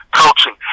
coaching